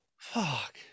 fuck